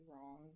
wrong